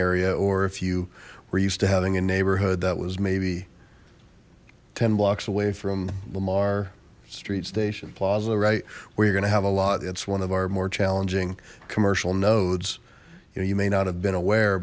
area or if you were used to having a neighborhood that was maybe ten blocks away from lamar street station plaza right where you're gonna have a lot it's one of our more challenging commercial nodes you know you may not have been aware